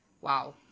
wow